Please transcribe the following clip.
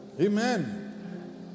Amen